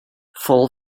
full